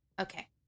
Okay